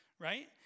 right